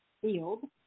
field